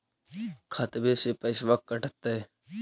खतबे से पैसबा कटतय?